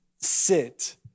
sit